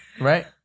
Right